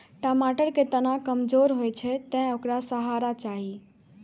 टमाटर के तना कमजोर होइ छै, तें ओकरा सहारा चाही